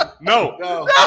No